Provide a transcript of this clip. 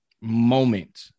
moment